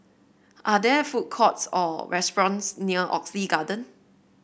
are there food courts or restaurants near Oxley Garden